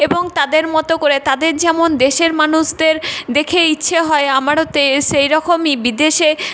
এবং তাদের মতো করে তাদের যেমন দেশের মানুষদের দেখেই ইচ্ছে হয় আমারও তে সেই রকমই বিদেশে